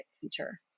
feature